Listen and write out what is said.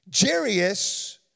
Jairus